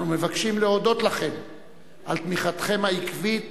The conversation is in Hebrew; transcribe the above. אנחנו מבקשים להודות לכם על תמיכתכם העקבית